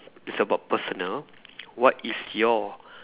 it's about personal what is your